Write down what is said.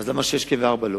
אז למה שש כן וארבע לא?